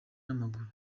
n’amaguru